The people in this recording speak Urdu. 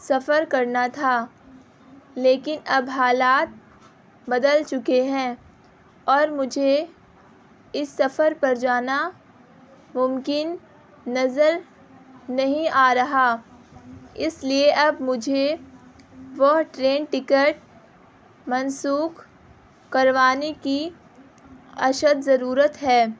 سفر کرنا تھا لیکن اب حالات بدل چکے ہیں اور مجھے اس سفر پر جانا ممکن نظر نہیں آ رہا اس لیے اب مجھے وہ ٹرین ٹکٹ منسوخ کروانے کی اشد ضرورت ہے